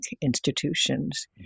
institutions